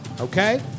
Okay